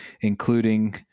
including